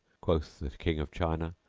quoth the king of china,